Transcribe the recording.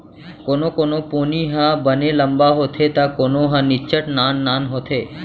कोनो कोनो पोनी ह बने लंबा होथे त कोनो ह निच्चट नान नान होथे